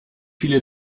viele